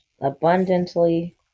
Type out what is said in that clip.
abundantly